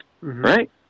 Right